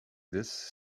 this